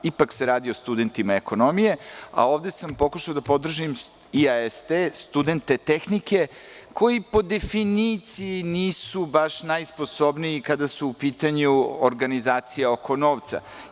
Ipak se radi o studentima ekonomije, a ovde sam pokušao da podržim IAESTE, studente tehnike koji, po definiciji, nisu baš najsposobniji kada su u pitanju organizacije oko novca.